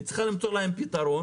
היא צריכה למצוא להם פתרון,